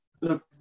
Look